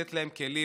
לתת להם כלים,